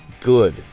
good